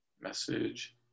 Message